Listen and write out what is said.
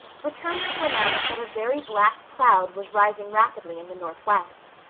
returned to announce that a very black cloud was rising rapidly in the northwest.